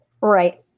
Right